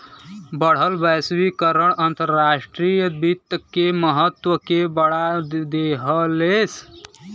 बढ़ल वैश्वीकरण अंतर्राष्ट्रीय वित्त के महत्व के बढ़ा देहलेस